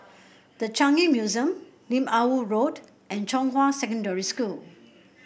The Changi Museum Lim Ah Woo Road and Zhonghua Secondary School